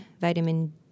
vitamin